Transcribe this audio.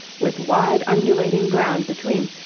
with wide undulating ground between,